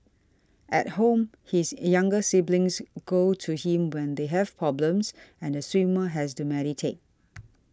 at home his younger siblings go to him when they have problems and the swimmer has to mediate